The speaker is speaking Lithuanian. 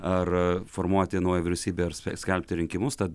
ar formuoti naują vyriausybę ar spės skelbti rinkimus tad